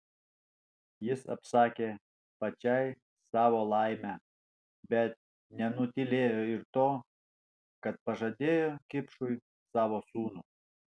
jis apsakė pačiai savo laimę bet nenutylėjo ir to kad pažadėjo kipšui savo sūnų